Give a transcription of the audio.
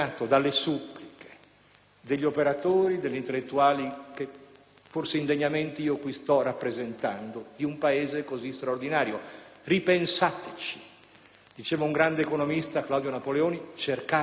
degli operatori, degli intellettuali, che forse indegnamente io qui sto rappresentando, di un Paese così straordinario: ripensateci! Diceva un grande economista, Claudio Napoleoni "Cercate ancora".